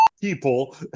people